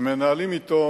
ומנהלים אתו,